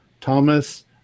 Thomas